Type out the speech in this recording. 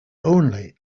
only